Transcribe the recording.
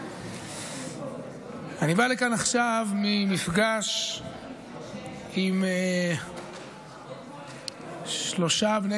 אני בא לכאן עכשיו ממפגש עם שלושה בני